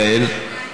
יעל.